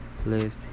please